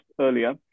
earlier